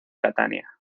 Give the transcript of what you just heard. catania